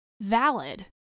valid